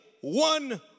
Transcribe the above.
one